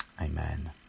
Amen